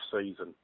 season